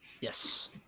Yes